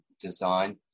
design